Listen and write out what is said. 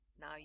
Now